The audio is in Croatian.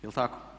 Je li tako?